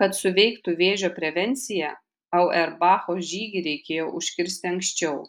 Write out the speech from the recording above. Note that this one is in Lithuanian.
kad suveiktų vėžio prevencija auerbacho žygį reikėjo užkirsti anksčiau